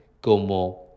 como